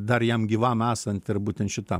dar jam gyvam esant ir būtent šitam